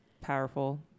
powerful